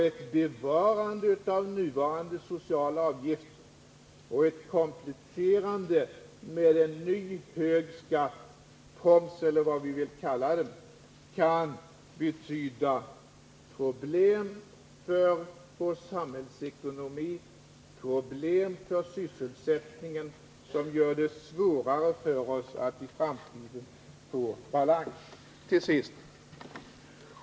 Ett bevarande av nuvarande sociala avgifter och ett kompletterande med en ny hög skatt, proms eller vad man vill kalla den, kan betyda problem för vår samhällsekonomi och för sysselsättningen, som gör det svårare för oss att i framtiden få balans. Till sist, herr talman!